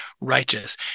righteous